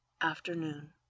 afternoon